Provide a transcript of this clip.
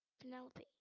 penelope